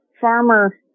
Farmer